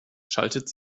schaltet